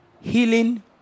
healing